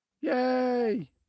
Yay